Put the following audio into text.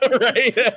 Right